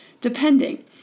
depending